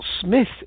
Smith